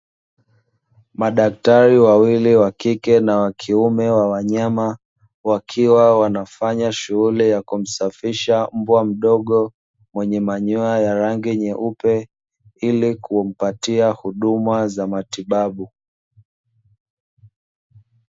Madaktari wawili wa kike na wa kiume wa wanyama, wakiwa wanafanya shughuli ya kumsafisha mbwa mdogo mwenye manyoya ya rangi nyeupe, ili kumpatia huduma za matibabu.